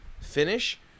finish